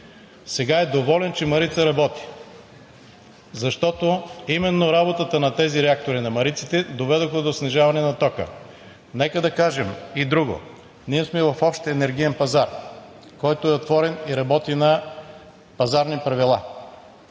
сега е доволен, че „Марица“ работи, защото именно работата на тези реактори, на мариците, доведоха до снижаване на тока. Нека да кажем и друго. Ние сме в общ енергиен пазар, който е отворен и работи на пазарни правила